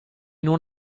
non